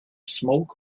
smoke